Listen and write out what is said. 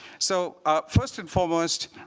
so ah first and foremost,